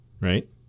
right